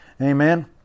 Amen